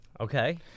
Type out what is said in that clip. Okay